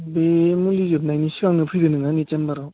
बे मुलि जोबनायनि सिगांनो फैदो नोङो आंनि चेमबाराव